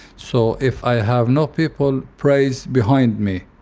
so if i have no people praise behind me,